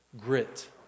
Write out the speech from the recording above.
grit